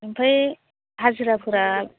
आमफ्राय हाजिराफ्रा